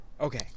Okay